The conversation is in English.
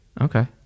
okay